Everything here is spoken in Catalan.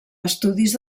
estudis